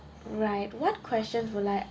right what questions will I